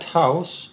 house